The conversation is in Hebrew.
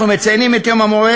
אנחנו מציינים את יום המורה,